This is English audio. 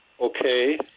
okay